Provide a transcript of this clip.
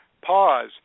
Pause